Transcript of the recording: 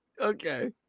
Okay